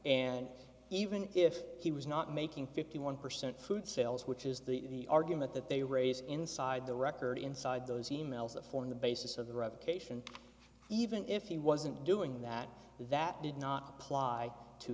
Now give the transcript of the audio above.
and even if he was not making fifty one percent food sales which is the argument that they raise inside the record inside those emails to form the basis of the revocation even if he wasn't doing that that did not apply to